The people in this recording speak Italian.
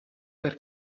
per